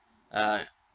uh